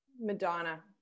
Madonna